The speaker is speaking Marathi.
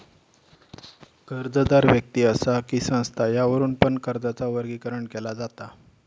कर्जदार व्यक्ति असा कि संस्था यावरुन पण कर्जाचा वर्गीकरण केला जाता